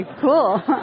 cool